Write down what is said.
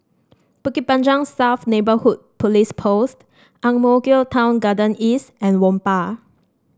Bukit Panjang South Neighbourhood Police Post Ang Mo Kio Town Garden East and Whampoa